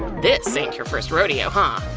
this ain't your first rodeo, huh?